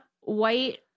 white